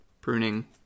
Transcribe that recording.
pruning